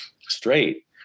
straight